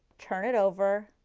turn it over,